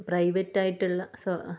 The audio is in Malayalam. പ്രൈവറ്റ് ആയിട്ടുള്ള സോ